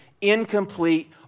incomplete